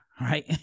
right